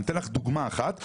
אתן לך דוגמה אחת,